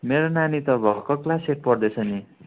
मेरो नानी त भर्खर क्लास एट पढ्दैछ नि